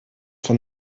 von